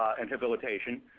and rehabilitation.